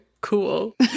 cool